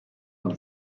und